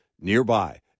nearby